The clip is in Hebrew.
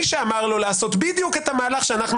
מי שאמר לו לעשות בדיוק את המהלך שאנחנו